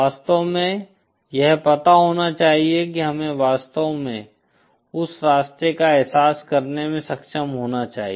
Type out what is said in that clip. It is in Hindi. वास्तव में यह पता होना चाहिए कि हमें वास्तव में उस रास्ते का एहसास करने में सक्षम होना चाहिए